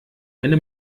eine